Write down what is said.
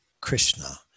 Krishna